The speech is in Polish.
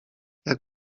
jak